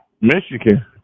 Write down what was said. Michigan